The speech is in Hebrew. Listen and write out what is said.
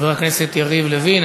חבר הכנסת יריב לוין.